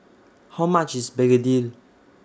How much IS Begedil